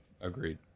Agreed